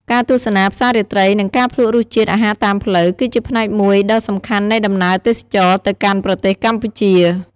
ការទស្សនាផ្សាររាត្រី និងការភ្លក្សរសជាតិអាហារតាមផ្លូវ គឺជាផ្នែកមួយដ៏សំខាន់នៃដំណើរទេសចរណ៍ទៅកាន់ប្រទេសកម្ពុជា។